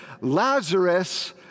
Lazarus